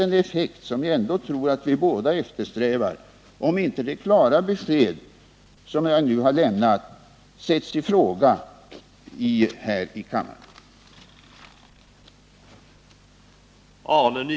Den effekt som jag ändå tror att vi båda eftersträvar når vi bäst om det klara besked som jag har lämnat både i budgetpropositionen och nu här i kammaren inte sätts i fråga.